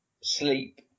sleep